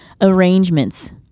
arrangements